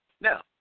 Now